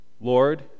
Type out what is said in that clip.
Lord